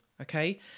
okay